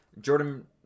Jordan